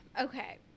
Okay